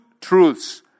truths